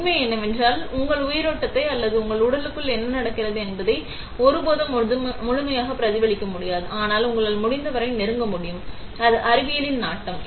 உண்மை என்னவென்றால் உங்கள் உயிரோட்டத்தை அல்லது உங்கள் உடலுக்குள் என்ன நடக்கிறது என்பதை நீங்கள் ஒருபோதும் முழுமையாகப் பிரதிபலிக்க முடியாது ஆனால் உங்களால் முடிந்தவரை நெருங்க முடியும் அது அறிவியலின் நாட்டம்